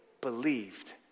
Believed